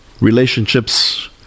relationships